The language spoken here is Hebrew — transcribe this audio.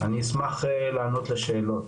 אני אשמח לענות לשאלות.